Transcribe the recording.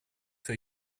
für